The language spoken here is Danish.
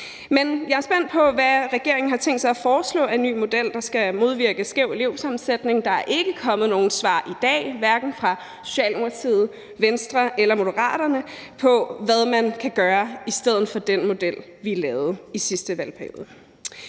Men jeg er spændt på, hvad regeringen har tænkt sig at foreslå af ny model, der skal modvirke skæv elevsammensætning. Der er ikke kommet nogen svar i dag, hverken fra Socialdemokratiet, Venstre eller Moderaterne, på, hvad man kan gøre i stedet for den model, vi lavede i sidste valgperiode.